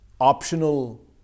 optional